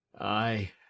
I